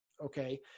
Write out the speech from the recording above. Okay